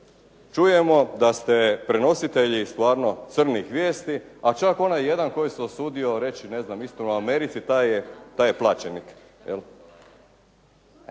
čujemo da ste prenositelji stvarno crnih vijesti a čak onaj jedan koji se usudio reći ne znam isto u Americi taj je plaćenik.